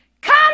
Come